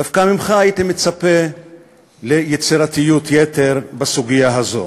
דווקא ממך הייתי מצפה ליתר יצירתיות בסוגיה הזאת.